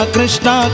Krishna